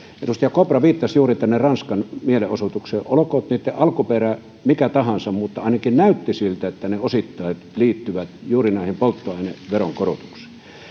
edustaja kopra viittasi juuri ranskan mielenosoituksiin olkoon niiden alkuperä mikä tahansa mutta ainakin näytti siltä että ne osittain liittyivät juuri näihin polttoaineveronkorotuksiin